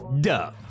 Duh